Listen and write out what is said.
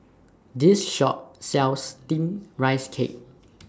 This Shop sells Steamed Rice Cake